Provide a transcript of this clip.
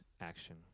action